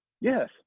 yes